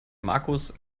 markus